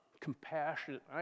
Compassionate